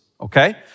Okay